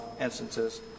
instances